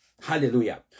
Hallelujah